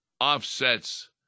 offsets